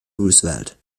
roosevelt